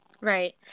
Right